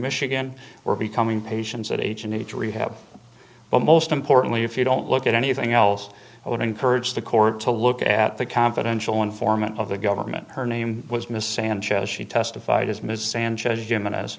michigan were becoming patients at age need to rehab but most importantly if you don't look at anything else i would encourage the court to look at the confidential informant of the government her name was miss sanchez she testified as ms